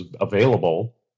available